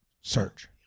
search